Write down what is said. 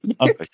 Okay